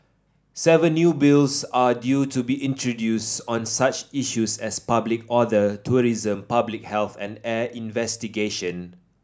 seven new Bills are due to be introduced on such issues as public order tourism public health and air navigation